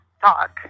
talk